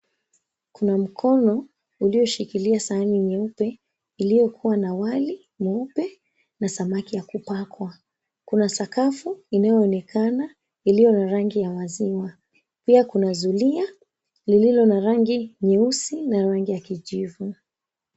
Kuna mkono ulioshikilia sahani nyeupe, iliyokuwa na wali mweupe, na samaki ya kupakwa. Kuna sakafu inayoonekana, iliyo rangi ya waziwa. Pia kuna zulia lililo na rangi nyeusi, na rangi ya kijivu.